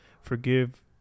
Forgive